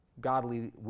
godly